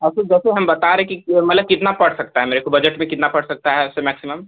हाँ तो जैसे हम बता रहे कि मतलब कितना पड़ सकता है मेरे को बजट में कितना पड़ सकता है वैसे मैक्सिमम